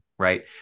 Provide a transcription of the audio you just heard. right